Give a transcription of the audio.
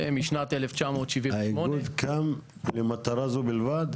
זה משנת 1978. האיגוד קם למטרה זו בלבד?